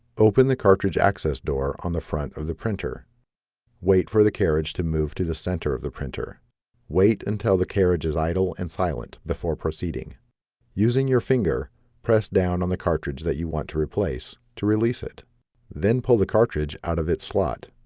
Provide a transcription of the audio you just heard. open the cartridge access door on the front of the printer wait for the carriage to move to the center of the printer wait and tell the carriage is idle and silent before proceeding using your finger press down on the cartridge that you want to replace to release it then pull the cartridge out of its slot